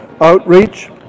outreach